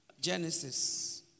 Genesis